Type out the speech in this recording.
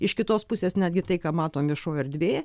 iš kitos pusės netgi tai ką matom viešoj erdvėj